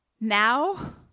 now